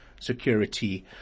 security